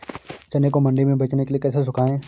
चने को मंडी में बेचने के लिए कैसे सुखाएँ?